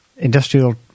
Industrial